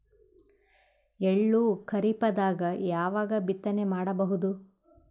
ಎಳ್ಳು ಖರೀಪದಾಗ ಯಾವಗ ಬಿತ್ತನೆ ಮಾಡಬಹುದು?